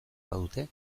badute